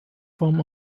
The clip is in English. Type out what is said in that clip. form